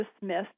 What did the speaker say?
dismissed